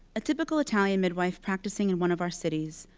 a typical italian midwife practicing in one of our cities.